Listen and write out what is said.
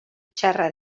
txarra